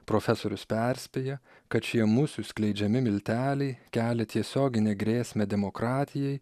profesorius perspėja kad šie musių skleidžiami milteliai kelia tiesioginę grėsmę demokratijai